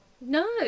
No